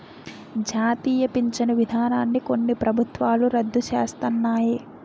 జాతీయ పించను విధానాన్ని కొన్ని ప్రభుత్వాలు రద్దు సేస్తన్నాయి